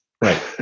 Right